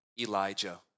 Elijah